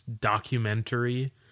documentary